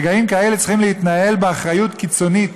רגעים כאלה צריכים להתנהל באחריות קיצונית.